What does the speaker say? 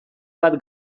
bat